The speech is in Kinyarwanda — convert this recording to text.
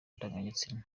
ndangagitsina